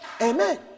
Amen